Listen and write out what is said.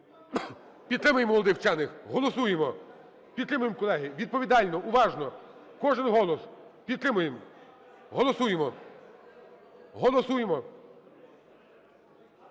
Підтримаємо молодих вчених! Голосуємо! Підтримаємо, колеги, відповідально, уважно. Кожен голос, підтримаємо. Голосуємо!